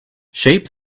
shape